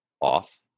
off